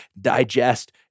digest